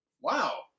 Wow